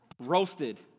roasted